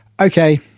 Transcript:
okay